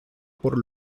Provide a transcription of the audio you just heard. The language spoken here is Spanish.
por